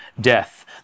death